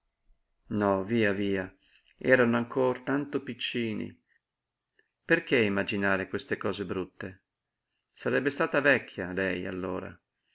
no via via erano ancor tanto piccini perché immaginare queste cose brutte sarebbe stata vecchia lei allora